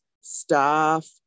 staff